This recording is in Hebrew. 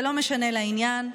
זה לא משנה לעניין.